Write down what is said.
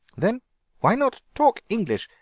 then why not talk english?